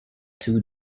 two